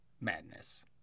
Madness